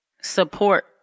support